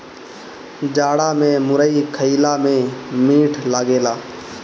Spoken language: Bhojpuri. जाड़ा में मुरई खईला में मीठ लागेला